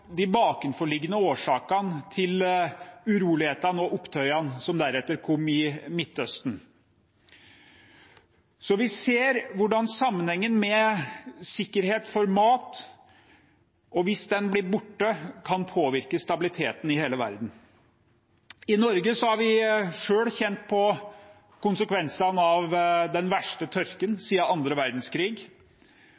de bakenforliggende årsakene til urolighetene og opptøyene som deretter kom i Midtøsten. Så vi ser sammenhengen: Hvis sikkerhet for mat blir borte, kan det påvirke stabiliteten i hele verden. I Norge har vi selv kjent på konsekvensene av den verste tørken